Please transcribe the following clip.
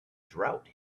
drought